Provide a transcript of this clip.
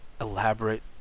elaborate